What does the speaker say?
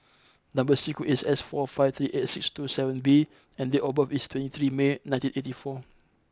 number sequence is S four five three eight six two seven B and date of birth is twenty three May nineteen eighty four